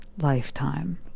lifetime